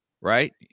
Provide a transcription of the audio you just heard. right